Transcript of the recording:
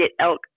elk